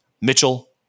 Mitchell